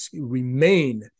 remain